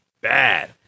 bad